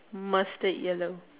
mustard yellow